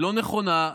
לא נכונה,